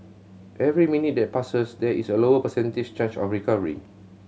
every minute that passes there is a lower percentage chance of recovery